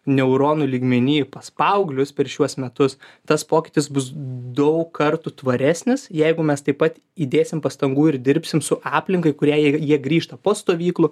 neuronų lygmeny pas paauglius per šiuos metus tas pokytis bus daug kartų tvaresnis jeigu mes taip pat įdėsim pastangų ir dirbsim su aplinka į kurią jie jie grįžta po stovyklų